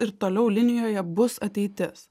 ir toliau linijoje bus ateitis